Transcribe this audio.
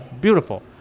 beautiful